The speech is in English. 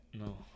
No